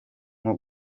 nko